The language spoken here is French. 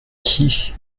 qui